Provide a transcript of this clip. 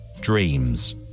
Dreams